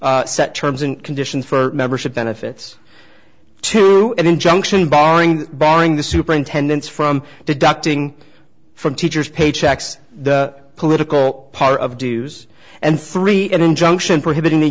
set terms and conditions for membership benefits to an injunction barring barring the superintendents from deducting from teachers paychecks the political part of dues and free an injunction prohibiting the